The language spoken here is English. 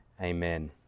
Amen